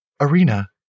arena